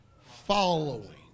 following